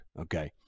okay